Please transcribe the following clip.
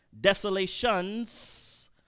Desolations